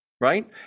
right